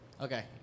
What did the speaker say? Okay